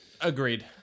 agreed